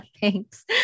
Thanks